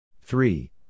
three